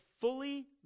fully